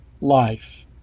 life